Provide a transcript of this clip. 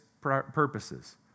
purposes